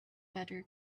better